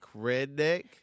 redneck